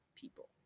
people